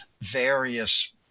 various